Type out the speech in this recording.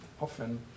often